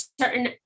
certain